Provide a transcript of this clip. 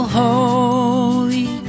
holy